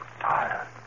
Tired